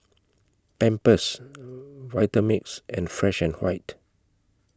Pampers Vitamix and Fresh and White